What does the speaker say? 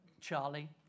Charlie